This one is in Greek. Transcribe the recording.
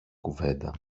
κουβέντα